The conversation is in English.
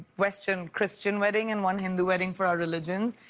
western christian wedding and one hindu wedding for our religion.